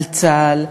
על צה"ל,